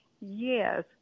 yes